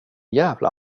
jävla